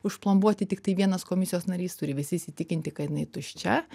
užplombuoti tiktai vienas komisijos narys turi visi įsitikinti kad jinai tuščia